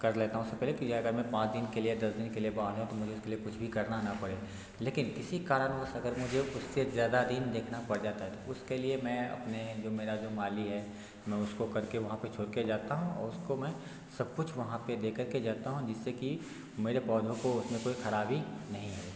कर लेता हूँ उससे पहले कि अगर मैं पाँच दिन के लिए दस दिन के लिए वहाँ नहीं हूँ तो मुझे उसके लिए कुछ भी करना ना पड़े लेकिन किसी कारणवश अगर मुझे उससे ज़्यादा दिन देखना पड़ जाता है तो उसके लिए मैं अपने जो मेरा जो माली है मैं उसको कर के वहाँ पर छोड़ के जाता हूँ और उसको मैं सब कुछ वहाँ पर दे कर के जाता हूँ जिससे कि मेरे पौधों को उसमें कोई ख़राबी नहीं हो